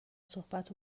صحبت